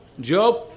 Job